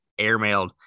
airmailed